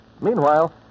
Meanwhile